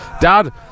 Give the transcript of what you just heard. Dad